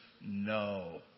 no